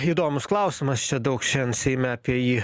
įdomus klausimas čia daug šiandien seime apie jį